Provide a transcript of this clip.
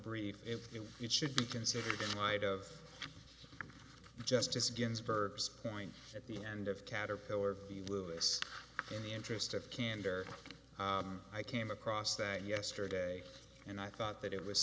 brief if it should be considered in light of justice ginsburg's point at the end of caterpillar v lewis in the interest of candor i came across that yesterday and i thought that it was